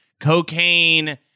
cocaine